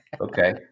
Okay